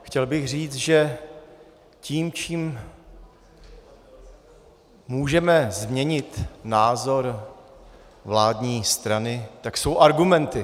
A chtěl bych říct, že tím, čím můžeme změnit názor vládní strany, tak jsou argumenty.